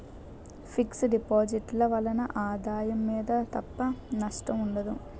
fix deposit ల వలన ఆదాయం మీద తప్ప నష్టం ఉండదు